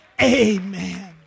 amen